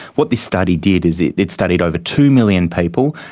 what this study did is it it studied over two million people,